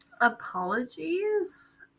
Apologies